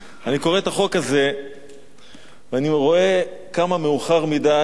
אני קורא את החוק הזה ואני רואה כמה מאוחר מדי,